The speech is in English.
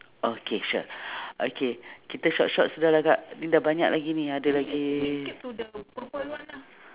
okay sure okay kita short short sudahlah kak ni dah banyak lagi ni ada lagi